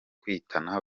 kwitana